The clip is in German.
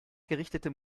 gerichtete